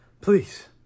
please